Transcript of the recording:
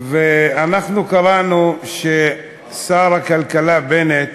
ואנחנו קראנו ששר הכלכלה בנט,